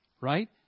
right